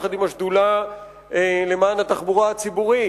יחד עם השדולה למען התחבורה הציבורית.